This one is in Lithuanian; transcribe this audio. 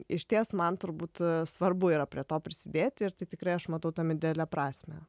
išties man turbūt svarbu yra prie to prisidėti ir tai tikrai aš matau tame didelę prasmę